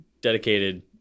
dedicated